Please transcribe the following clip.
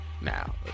now